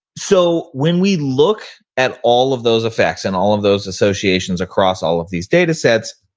so when we look at all of those effects and all of those associations across all of these datasets,